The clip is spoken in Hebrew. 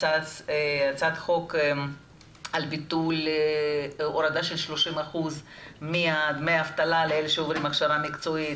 חוק על ביטול הורדה של 30% מדמי אבטלה לאלה שעוברים הכשרה מקצועית.